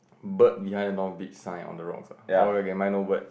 bird behind the north beach sign on the rocks ah oh okay mine no bird